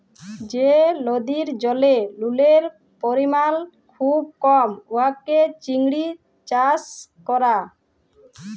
যে লদির জলে লুলের পরিমাল খুব কম উয়াতে চিংড়ি চাষ ক্যরা